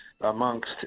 amongst